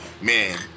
Man